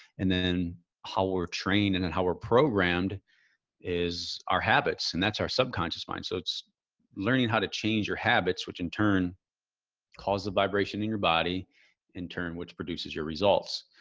and then how we're trained and then how we're programmed is our habits. and that's our subconscious mind. so it's learning how to change your habits, which in turn caused the vibration in your body in turn, which produces your results.